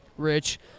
Rich